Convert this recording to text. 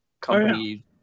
company